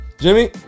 Jimmy